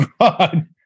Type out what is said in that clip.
God